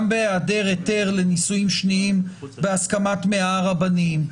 גם בהיעדר היתר לנישואים שניים בהסכמת 100 רבנים,